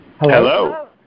Hello